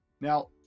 Now